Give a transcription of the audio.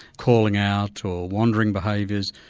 calling out or wandering behaviours,